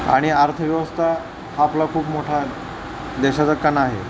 आणि अर्थव्यवस्था हा आपला खूप मोठा देशाचा कणा आहे